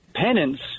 penance